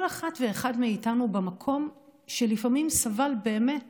כל אחת ואחד מאיתנו, לפעמים סבל באמת